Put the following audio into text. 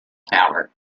tower